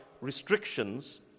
restrictions